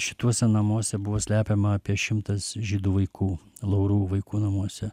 šituose namuose buvo slepiama apie šimtas žydų vaikų laurų vaikų namuose